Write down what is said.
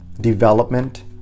development